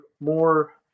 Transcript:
more